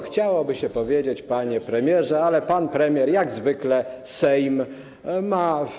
Chciałoby się powiedzieć: panie premierze, ale pan premier jak zwykle Sejm ma.